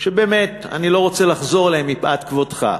באמת, אני לא רוצה לחזור עליהן, מפאת כבודך.